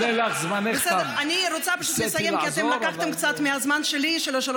אתם מתנגדים, רבותיי, אין אפשרות לעלות.